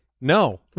No